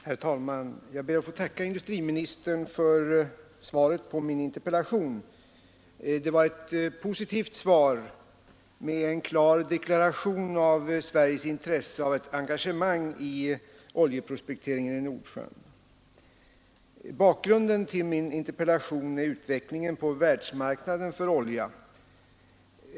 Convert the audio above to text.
Herr talman! Jag ber att få tacka industriministern för svaret på min interpellation. Det var ett positivt svar med en klar deklaration av Sveriges intresse av ett engagemang i oljeprospekteringen i Nordsjön. Bakgrunden till min interpellation är utvecklingen på världsmarknaden 65 för olja.